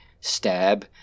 Stab